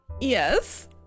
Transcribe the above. yes